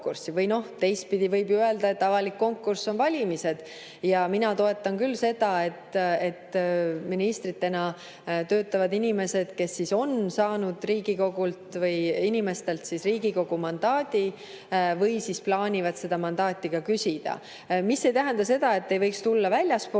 Või teistpidi võib ju öelda, et avalik konkurss on valimised. Mina toetan küll seda, et ministritena töötavad inimesed, kes on saanud Riigikogult või inimestelt Riigikogu [kaudu] mandaadi või siis plaanivad seda mandaati küsida. Mis ei tähenda seda, et [kandidaat] ei võiks tulla väljastpoolt.